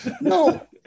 No